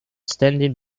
standing